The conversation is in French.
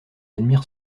admire